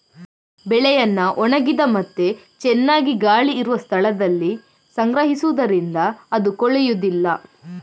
ಬೆಳೆಯನ್ನ ಒಣಗಿದ ಮತ್ತೆ ಚೆನ್ನಾಗಿ ಗಾಳಿ ಇರುವ ಸ್ಥಳದಲ್ಲಿ ಸಂಗ್ರಹಿಸುದರಿಂದ ಅದು ಕೊಳೆಯುದಿಲ್ಲ